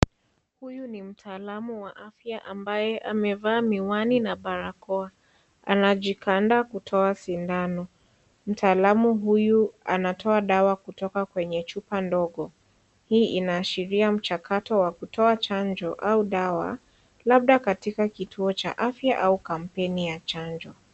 Huyu ni mtaalamu wa afya ambaye amevaa miwani na barakoa. Anajikanda kutoa sindano. Mtaalamu huyu anatoa dawa kutoka kwenye chupa ndogo hii inaashiria mchakato wa kutoa chanjo au dawa labda katika kituo cha afya au kampeni ya chanjo.